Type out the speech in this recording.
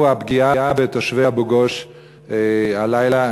הפגיעה בתושבי אבו-גוש הלילה.